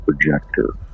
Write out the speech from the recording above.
projector